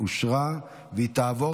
התשפ"ד 2023,